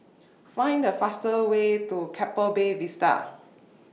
Find The fastest Way to Keppel Bay Vista